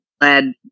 led